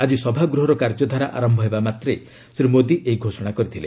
ଆକି ସଭାଗୃହର କାର୍ଯ୍ୟଧାରା ଆରମ୍ଭ ହେବା ମାତ୍ରେ ଶ୍ରୀ ମୋଦି ଏହି ଘୋଷଣା କରିଥିଲେ